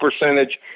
percentage